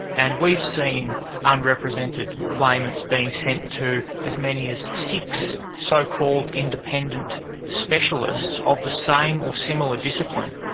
and we've seen unrepresented claimants being sent to as many as six so-called independent specialists of the same or similar discipline.